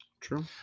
True